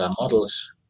models